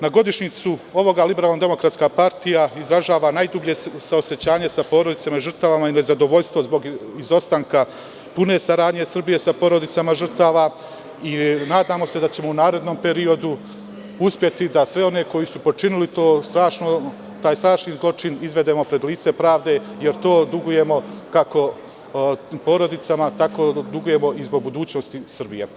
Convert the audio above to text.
Na godišnjicu ovoga, LDP izražava najdublje saosećanje sa porodicama žrtava i nezadovoljstvo zbog izostanka pune saradnje Srbije sa porodicama žrtava i nadamo se da ćemo u narednom periodu uspeti da sve one koji su počinili taj strašni zločin izvedemo pred lice pravde jer to dugujemo, kako porodicama, tako dugujemo i zbog budućnosti Srbije.